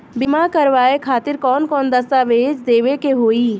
बीमा करवाए खातिर कौन कौन दस्तावेज़ देवे के होई?